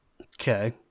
Okay